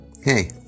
Hey